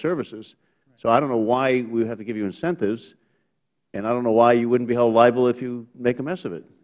services i don't know why we have to give you incentives and i don't know why you wouldn't be held liable if you make a mess of it